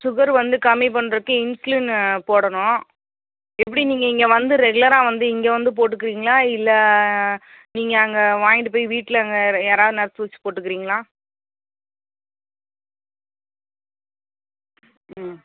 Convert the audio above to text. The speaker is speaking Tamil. சுகர் வந்து கம்மி பண்ணுறதுக்கு இன்சுலின் போடணும் எப்படி நீங்கள் இங்கே வந்து ரெகுலராக வந்து இங்கே வந்து போட்டுக்குறீங்களா இல்லை நீங்கள் அங்கே வாங்கிகிட்டு போய் வீட்டில் அங்கே வேற யாராது நர்ஸ் வச்சு போட்டுக்குறீங்களா ம்